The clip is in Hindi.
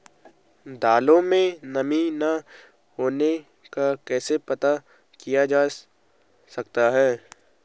दालों में नमी न होने का कैसे पता किया जा सकता है?